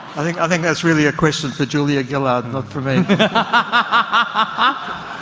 i think i think that's really a question for julia gillard, not for me. but